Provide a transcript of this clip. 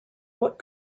what